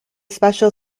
special